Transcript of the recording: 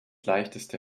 leichteste